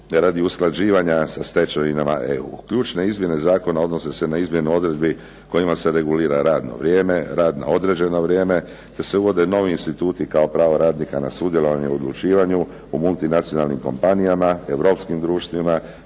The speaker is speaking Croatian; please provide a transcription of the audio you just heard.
radi usklađivanja sa stečevinama EU, ključne izmjene zakona odnose se na izmjenu odredbi kojima se regulira radno vrijeme, rad na određeno vrijeme, te se uvode novi instituti kao prava radnika na sudjelovanje u odlučivanju u multinacionalnim kompanijama, europskim društvima,